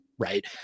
right